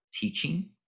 teaching